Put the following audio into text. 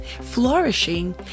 Flourishing